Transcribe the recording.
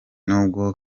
n’ubwo